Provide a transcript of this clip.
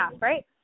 right